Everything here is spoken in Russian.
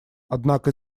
однако